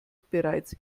bereits